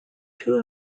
two